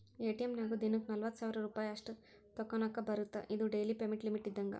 ATM ನ್ಯಾಗು ದಿನಕ್ಕ ನಲವತ್ತ ಸಾವಿರ್ ರೂಪಾಯಿ ಅಷ್ಟ ತೋಕೋನಾಕಾ ಬರತ್ತಾ ಇದು ಡೆಲಿ ಪೇಮೆಂಟ್ ಲಿಮಿಟ್ ಇದ್ದಂಗ